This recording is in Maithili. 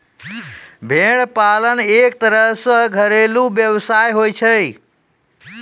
भेड़ पालन एक तरह सॅ घरेलू व्यवसाय होय छै